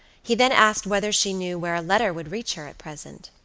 he then asked whether she knew where a letter would reach her at present.